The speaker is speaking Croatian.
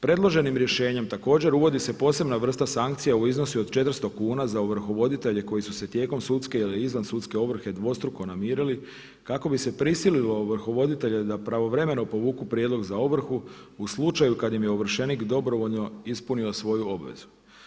Predloženim rješenjem također uvodi se posebna vrsta sankcija u iznosu od 400 kuna za ovrhovoditelje koji su se tijekom sudske ili izvan sudske ovrhe dvostruko namirili kako bi se prisililo ovrhovoditelje da pravovremeno povuku prijedlog za ovrhu u slučaju kada im je ovršenik dobrovoljno ispunio svoju obvezu.